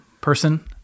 person